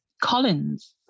Collins